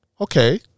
okay